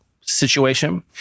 situation